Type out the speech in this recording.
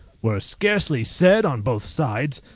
were scarcely said on both sides,